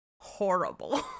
horrible